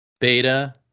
beta